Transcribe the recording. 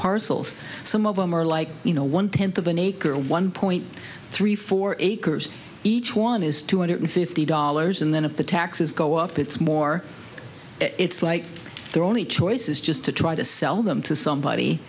parcels some of them are like you know one tenth of an acre of one point three four acres each one is two hundred fifty dollars and then of the taxes go up it's more it's like their only choice is just to try to sell them to somebody